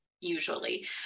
usually